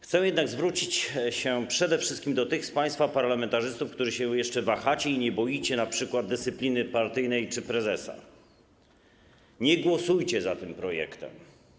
Chcę jednak zwrócić się przede wszystkim do tych z państwa parlamentarzystów, którzy się jeszcze wahają i nie boją się np. dyscypliny partyjnej czy prezesa: nie głosujcie za tym projektem.